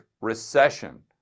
recession